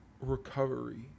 recovery